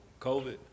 COVID